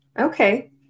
Okay